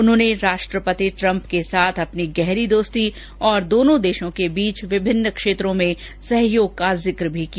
उन्होंने राष्ट्रपति ट्रम्प के साथ अपनी गहरी दोस्ती और दोनों देशों के बीच विभिन्न क्षेत्रों में सहयोग का भी जिक्र किया